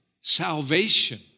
salvation